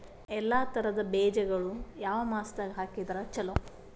ಎಲ್ಲಾ ತರದ ಬೇಜಗೊಳು ಯಾವ ಮಾಸದಾಗ್ ಹಾಕಿದ್ರ ಛಲೋ?